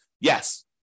Yes